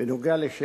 אף